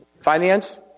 finance